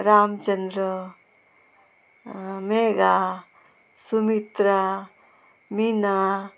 Ramchandra Megha Sumitra Mina